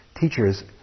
teachers